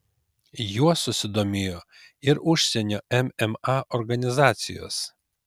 juo susidomėjo ir užsienio mma organizacijos